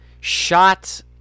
shot